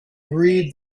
agreed